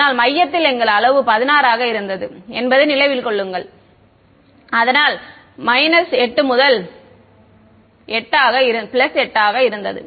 அதனால் மையத்தில் எங்கள் அளவு 16 ஆக இருந்தது என்பதை நினைவில் கொள்ளுங்கள் அதனால் 8 முதல் 8 ஆக இருந்தது